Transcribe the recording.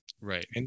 Right